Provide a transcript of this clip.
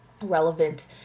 relevant